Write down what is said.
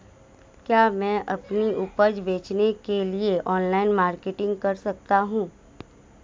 क्या मैं अपनी उपज बेचने के लिए ऑनलाइन मार्केटिंग कर सकता हूँ?